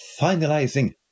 finalizing